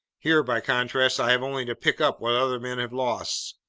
here, by contrast, i have only to pick up what other men have lost,